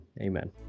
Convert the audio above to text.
Amen